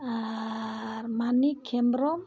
ᱟᱨ Manik Hembrom